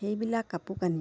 সেইবিলাক কাপোৰ কানি